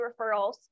referrals